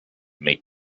may